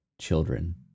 children